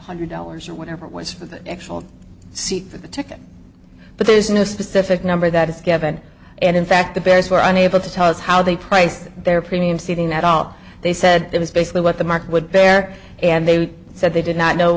hundred dollars or whatever it was for the actual seat for the ticket but there's no specific number that is given and in fact the bears were unable to tell us how they price their premium seating at all they said it was basically what the market would bear and they said they did not know